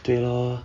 对 lor